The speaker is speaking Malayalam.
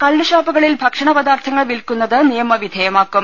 കള്ള് ഷാപ്പുകളിൽ ഭക്ഷണ പദാർത്ഥങ്ങൾ വിൽക്കുന്നത് നിയമവിധേയമാക്കും